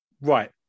Right